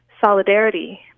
solidarity